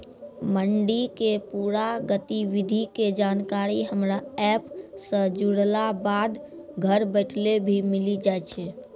मंडी के पूरा गतिविधि के जानकारी हमरा एप सॅ जुड़ला बाद घर बैठले भी मिलि जाय छै